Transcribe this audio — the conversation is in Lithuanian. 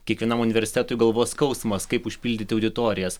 kiekvienam universitetui galvos skausmas kaip užpildyti auditorijas